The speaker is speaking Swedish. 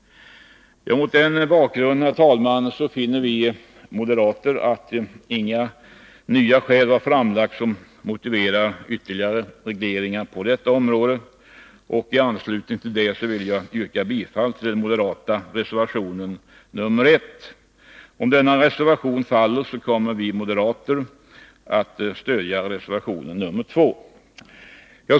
Mot denna bakgrund, herr talman, finner vi moderater att inga nya skäl har framlagts som motiverar ytterligare regleringar på detta område. Jag vill därför yrka bifall till den moderata reservationen nr 1. Om denna reservation faller, kommer vi moderater att stödja reservation nr 2.